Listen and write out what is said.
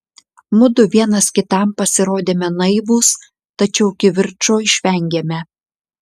mudu vienas kitam pasirodėme naivūs tačiau kivirčo išvengėme